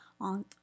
on